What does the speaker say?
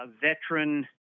veteran